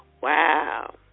Wow